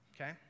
Okay